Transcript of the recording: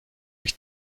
ich